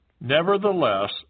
nevertheless